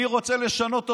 האליטה, אני רוצה לשנות אותה.